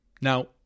Now